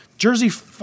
Jersey